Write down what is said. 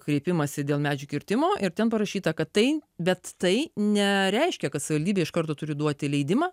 kreipimąsi dėl medžių kirtimo ir ten parašyta kad tai bet tai nereiškia kad savivaldybė iš karto turi duoti leidimą